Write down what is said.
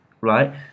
Right